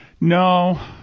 No